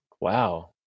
Wow